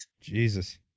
Jesus